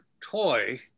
toy